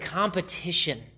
competition